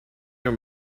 your